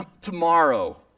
Tomorrow